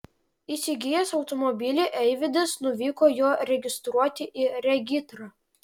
įsigijęs automobilį eivydas nuvyko jo registruoti į regitrą